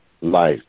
life